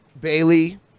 Bailey